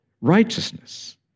righteousness